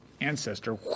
ancestor